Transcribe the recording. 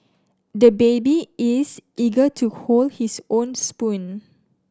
the baby is eager to hold his own spoon